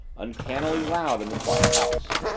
uncannily loud in the quiet house.